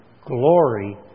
glory